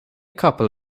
couple